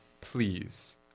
please